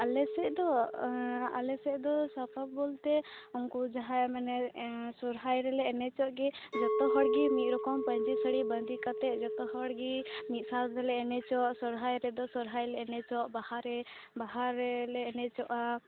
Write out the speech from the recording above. ᱟᱞᱮᱥᱮᱜ ᱫᱚ ᱮᱸ ᱟ ᱟᱞᱮᱥᱮᱜ ᱫᱚ ᱥᱟᱯᱟᱯ ᱵᱚᱞᱛᱮ ᱩᱱᱠᱩ ᱡᱟᱦᱟᱸᱭ ᱢᱟᱱᱮ ᱮᱸ ᱥᱚᱨᱦᱟᱭ ᱨᱮᱞᱮ ᱮᱱᱮᱪᱚᱡᱚᱜ ᱜᱮ ᱡᱚᱛᱚ ᱦᱚᱲᱜᱮ ᱢᱤᱫ ᱨᱚᱠᱚᱢ ᱯᱟᱹᱧᱪᱤ ᱥᱟᱹᱲᱤ ᱵᱟᱹᱱᱫᱮ ᱠᱟᱛᱮᱜ ᱡᱚᱛᱚ ᱦᱚᱲᱜᱤ ᱢᱤᱫ ᱥᱟᱸᱣᱛᱤ ᱞᱮ ᱮᱱᱮᱡᱚᱜ ᱥᱚᱨᱦᱟᱭ ᱨᱮᱫᱚ ᱥᱚᱨᱦᱟᱭ ᱞᱮ ᱮᱱᱮᱡᱚᱜ ᱵᱟᱦᱟᱨᱮ ᱵᱟᱦᱟᱨᱮᱞᱮ ᱮᱱᱮᱡᱚᱜᱼᱟ